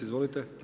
Izvolite.